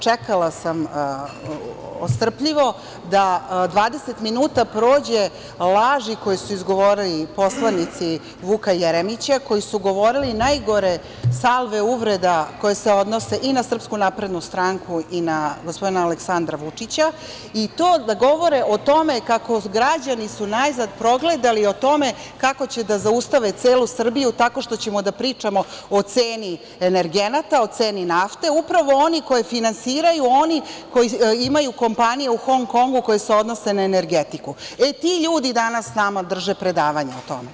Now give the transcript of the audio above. Čekala sam strpljivo da 20 minuta prođe laži koje su izgovorili poslanici Vuka Jeremića, koji su govorili najgore salve uvreda koje se odnose i na SNS i na gospodina Aleksandra Vučića i to da govore o tome kako građani su najzad progledali o tome kako će da zaustave celu Srbiju, tako što ćemo da pričamo o ceni energenata, o ceni nafte, upravo oni koji finansiraju, oni koji imaju kompaniju u Hong Kongu, koji se odnose na energetiku, e ti ljudi danas nama danas drže predavanje o tome.